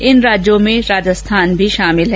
इन राज्यों में राजस्थान भी शामिल है